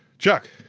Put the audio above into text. chuck.